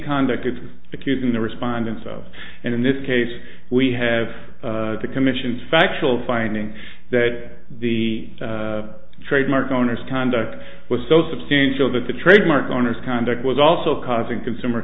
conduct of accusing the respondents of and in this case we have the commission factual finding that the trademark owner's conduct was so substantial that the trademark owner's conduct was also causing consumer